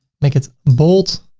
make it bold,